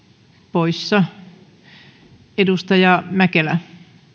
poissa edustaja mäkelä